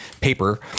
paper